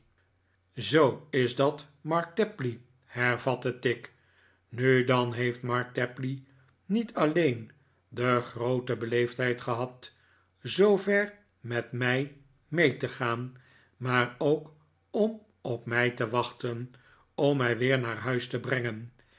zoo is dat mark tapley hervatte tigg nu dan heeft mark tapley niet alleen de groote beleefdheid gehad zoover met mij mee te gaan maar ook om op mij te wachten om mij weer naar huis te brengen